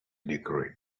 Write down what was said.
decorate